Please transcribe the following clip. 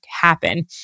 happen